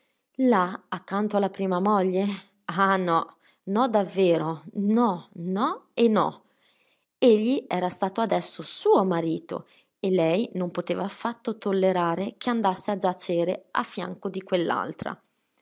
là accanto alla prima moglie ah no no davvero no no e no egli era stato adesso suo marito e lei non poteva affatto tollerare che andasse a giacere a fianco di